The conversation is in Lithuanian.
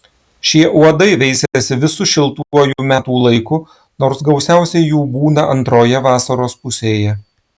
šie uodai veisiasi visu šiltuoju metų laiku nors gausiausiai jų būna antroje vasaros pusėje